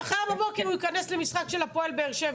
ומחר בבוקר הוא יכנס למשחק של הפועל באר שבע.